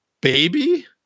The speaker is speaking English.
baby